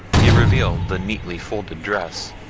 he revealed the neatly folded dress,